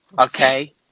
okay